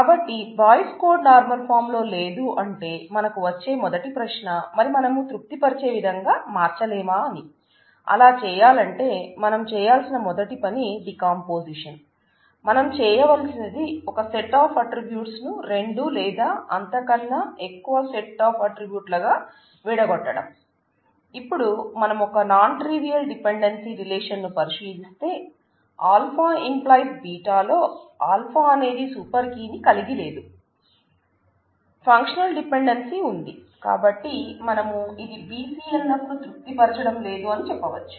కాబట్టి Boyce Codd normal form ఉంది కాబట్టి మనం ఇది BCNF ను తృప్తి పరచడం లేదు అని చెప్పవచ్చు